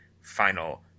final